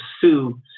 sue